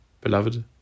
Beloved